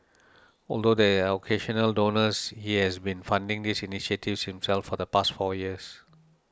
although there are occasional donors he has been funding these initiatives himself for the past four years